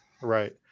Right